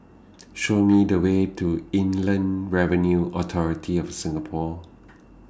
Show Me The Way to Inland Revenue Authority of Singapore